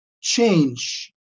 change